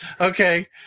Okay